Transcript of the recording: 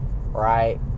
right